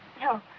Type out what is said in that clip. No